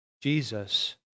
Jesus